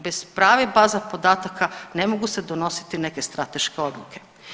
Bez prave baze podataka ne mogu se donositi neke strateške odluke.